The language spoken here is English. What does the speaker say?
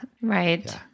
right